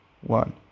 one